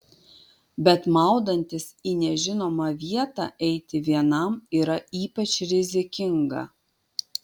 bet maudantis į nežinomą vietą eiti vienam yra ypač rizikinga